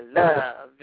love